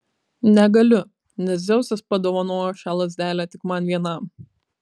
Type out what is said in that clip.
negaliu nes dzeusas padovanojo šią lazdelę tik man vienam